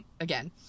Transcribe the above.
again